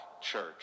church